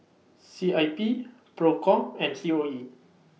C I P PROCOM and C O E